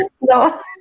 No